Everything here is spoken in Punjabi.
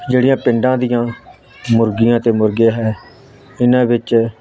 ਜਿਹੜੀਆਂ ਪਿੰਡਾਂ ਦੀਆਂ ਮੁਰਗੀਆਂ ਅਤੇ ਮੁਰਗੇ ਹੈ ਇਹਨਾਂ ਵਿੱਚ